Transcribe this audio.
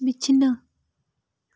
ᱵᱤᱪᱷᱱᱟᱹ